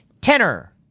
Tenor